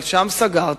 אבל שם סגרתי,